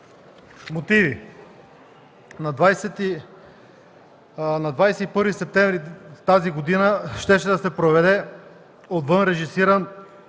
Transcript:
Мотиви. На 21 септември тази година щеше да се проведе от вън режисиран